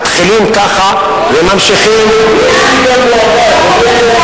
מתחילים ככה וממשיכים, יש לי גם מועמד.